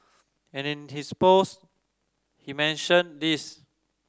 and in his post he mentioned this